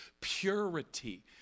purity